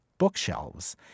Bookshelves